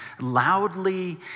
loudly